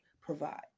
provide